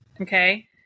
Okay